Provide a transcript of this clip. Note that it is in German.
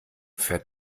fährt